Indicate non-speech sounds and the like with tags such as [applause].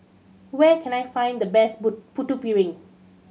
where can I find the best [unintelligible] Putu Piring